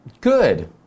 good